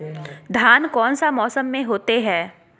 धान कौन सा मौसम में होते है?